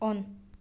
on